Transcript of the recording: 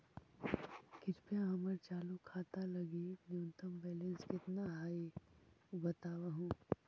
कृपया हमर चालू खाता लगी न्यूनतम बैलेंस कितना हई ऊ बतावहुं